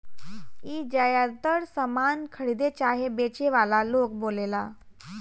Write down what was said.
ई ज्यातर सामान खरीदे चाहे बेचे वाला लोग बोलेला